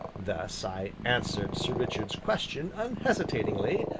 thus i answered sir richard's question unhesitatingly,